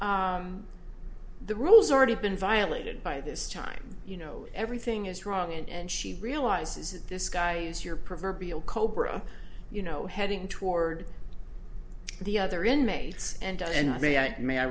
the rules already been violated by this time you know everything is wrong and she realizes that this guy is your proverbial cobra you know heading toward the other inmates and i may act may i